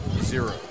zero